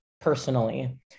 personally